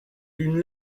d’une